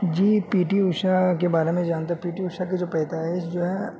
جی P T Usha کے بارے میں جانتا پی ٹی اوشا کے جو پیدائش جو ہے